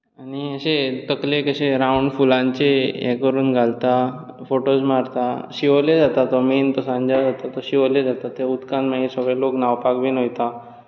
आनी अशें तकलेक अशें रावंड फुलांचें हें करून घालता फोटोज मारता शिवोले जाता तो मेन जो सांजाव जाता तो शिवोले जाता त्या उदकांत मागीर सगळे लोक न्हावपाक बी वयतात